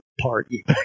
party